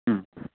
ꯎꯝ